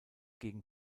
gegen